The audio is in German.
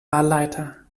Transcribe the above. wahlleiter